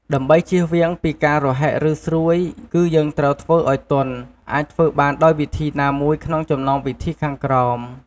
ដើម្បីជៀសវាងពីការរហែកឬស្រួយ គឺយើងត្រូវធ្វើឱ្យទន់ អាចធ្វើបានដោយវិធីណាមួយក្នុងចំណោមវិធីខាងក្រោម។